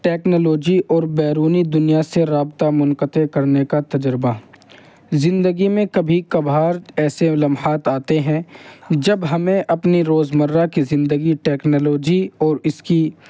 technology اور بیرونی دنیا سے رابطہ منقطع کرنے کا تجربہ زندگی میں کبھی کبھار ایسے لمحات آتے ہیں جب ہمیں اپنی روزمرہ کی زندگی ٹیکنالوجی اور اس کی